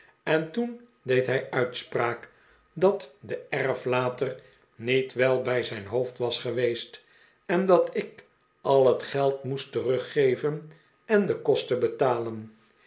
en toen deed hij uitspraak dat de erflater niet wel bij het hoofd was geweest en dat ik al het geld moest teruggeven en de kosten betalen